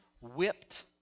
whipped